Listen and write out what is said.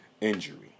injury